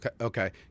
Okay